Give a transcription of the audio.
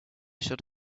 should